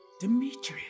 Demetrius